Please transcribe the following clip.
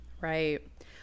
Right